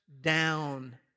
down